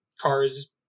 cars